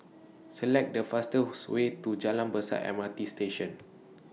Select The fastest Way to Jalan Besar M R T Station